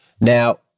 Now